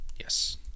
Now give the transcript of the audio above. Yes